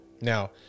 Now